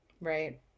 right